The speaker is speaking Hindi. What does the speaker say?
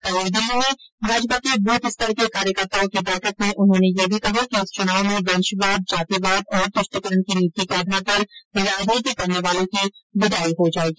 कल नई दिल्ली में भाजपा के बूथ स्तर के कार्यकर्ताओं की बैठक में उन्होंने यह भी कहा कि इस चुनाव में वंशवाद जातिवाद और तृष्टिकरण की नीति के आधार पर राजनीति करने वालों की विदाई हो जायेगी